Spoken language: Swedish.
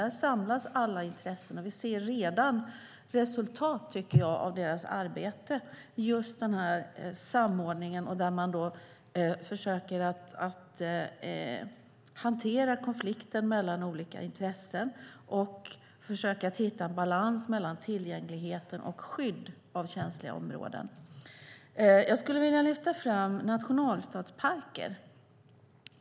Där samlas alla intressen. Vi ser redan resultat av deras arbete med den här samordningen där man försöker hantera konflikter mellan olika intressen. Man försöker också hitta en balans mellan tillgänglighet och skydd av känsliga områden. Jag skulle vilja lyfta fram nationalstadsparker.